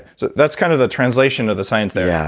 so that's kind of the translation of the science there. yeah